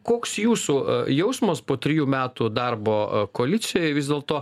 koks jūsų jausmas po trijų metų darbo koalicijoj vis dėlto